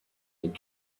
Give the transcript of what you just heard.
and